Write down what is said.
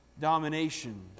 domination